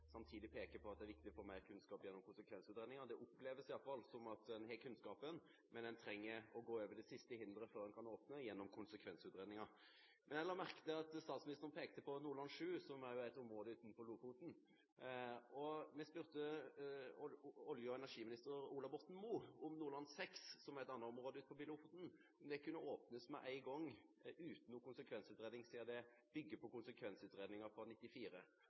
samtidig peke på at det er viktig å få mer kunnskap gjennom konsekvensutredninger. Det oppleves i alle fall som at man har kunnskapen, men man trenger å gå over det siste hinderet før man kan åpne – gjennom konsekvensutredninger. Jeg la merke til at statsministeren pekte på Nordland VII, som er et område utenfor Lofoten. Vi spurte olje- og energiminister Ola Borten Moe om Nordland VI, som er et annet område utenfor Lofoten, kunne åpnes med én gang, uten noen konsekvensutredning, siden man bygger på konsekvensutredninger